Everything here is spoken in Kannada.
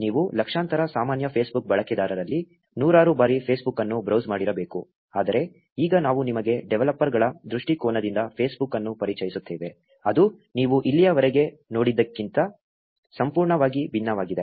ನೀವು ಲಕ್ಷಾಂತರ ಸಾಮಾನ್ಯ Facebook ಬಳಕೆದಾರರಲ್ಲಿ ನೂರಾರು ಬಾರಿ ಫೇಸ್ಬುಕ್ ಅನ್ನು ಬ್ರೌಸ್ ಮಾಡಿರಬೇಕು ಆದರೆ ಈಗ ನಾವು ನಿಮಗೆ ಡೆವಲಪರ್ಗಳ ದೃಷ್ಟಿಕೋನದಿಂದ ಫೇಸ್ಬುಕ್ ಅನ್ನು ಪರಿಚಯಿಸುತ್ತೇವೆ ಅದು ನೀವು ಇಲ್ಲಿಯವರೆಗೆ ನೋಡಿದ್ದಕ್ಕಿಂತ ಸಂಪೂರ್ಣವಾಗಿ ಭಿನ್ನವಾಗಿದೆ